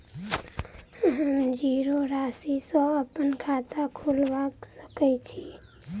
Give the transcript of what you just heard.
हम जीरो राशि सँ अप्पन खाता खोलबा सकै छी?